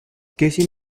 casey